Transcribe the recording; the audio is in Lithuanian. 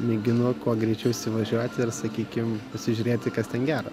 mėginu kuo greičiau įsivažiuoti ir sakykim pasižiūrėti kas ten gero